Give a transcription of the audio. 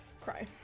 cry